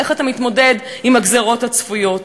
איך אתה מתמודד עם הגזירות הצפויות?